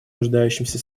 нуждающимся